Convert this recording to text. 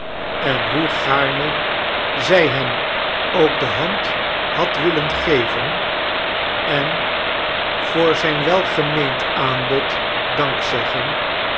en hoe gaarne zij hem ook de hand had willen geven en voor zijn